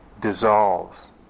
dissolves